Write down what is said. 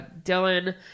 Dylan